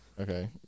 Okay